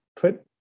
put